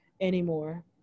anymore